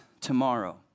tomorrow